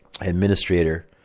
administrator